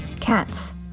Cats